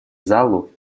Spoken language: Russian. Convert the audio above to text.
залу